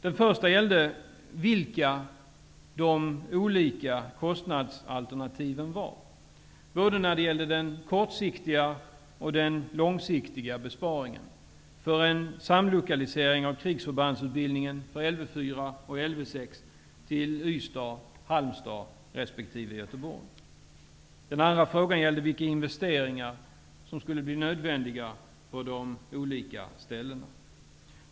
Den första frågan gällde vilka de olika kostnadsalternativen var, när det gällde både den kortsiktiga och den långsiktiga besparingen, för en samlokalisering av krigsförbandsutbildningen för Den andra frågan gällde vilka investeringar som skulle bli nödvändiga på de olika ställena.